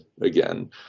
again